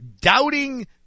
doubting